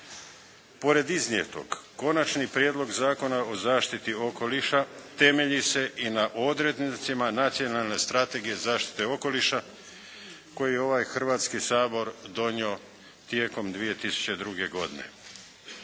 Pored iznijetog, Konačni prijedlog Zakona o zaštiti okoliša temelji se i na odrednicama Nacionalne strategije zaštite okoliša koju je ovaj Hrvatski sabor donio tijekom 2002. godine.